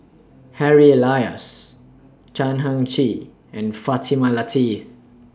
Harry Elias Chan Heng Chee and Fatimah Lateef